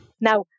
Now